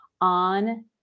on